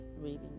reading